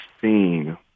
seen